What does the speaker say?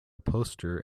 poster